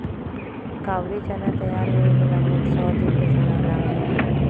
काबुली चना तैयार होवे में लगभग सौ दिन के समय लगा हई